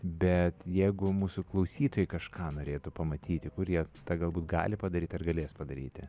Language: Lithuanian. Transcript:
bet jeigu mūsų klausytojai kažką norėtų pamatyti kur jie tą galbūt gali padaryti ar galės padaryti